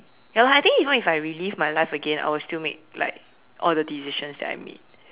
ya lah I think even if I relive my life again I will still make like all the decisions that I made